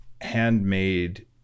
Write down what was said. handmade